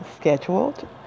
scheduled